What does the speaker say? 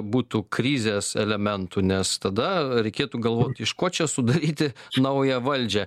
būtų krizės elementų nes tada reikėtų galvoti iš ko čia sudaryti naują valdžią